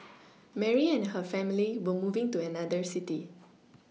Mary and her family were moving to another city